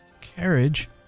carriage